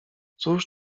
cóż